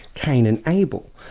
cain and abel,